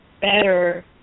better